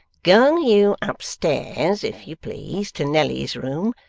go you up stairs, if you please, to nelly's room,